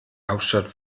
hauptstadt